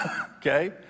Okay